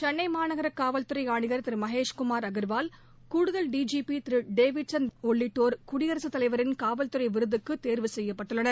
சென்ளை மாநகர காவல்துறை ஆணையர் மகேஷ்குமார் அன்வால் கூடுதல் D G P Davidson Devasirvatham உள்ளிட்டோர் குடியரசுத்தலைவரின் காவல்துறை விருதுக்கு தேர்வு செய்யப்பட்டுள்ளனர்